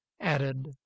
added